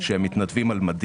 שהם על מדים.